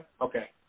Okay